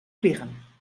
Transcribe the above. vliegen